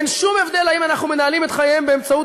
אין שום הבדל אם אנחנו מנהלים את חייהם באמצעות